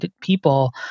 people